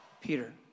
Peter